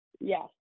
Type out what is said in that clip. Yes